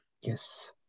Yes